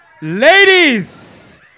Ladies